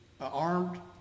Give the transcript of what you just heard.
armed